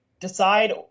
decide